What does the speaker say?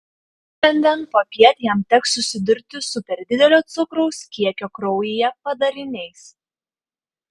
šiandien popiet jam teks susidurti su per didelio cukraus kiekio kraujyje padariniais